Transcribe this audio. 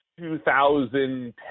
2010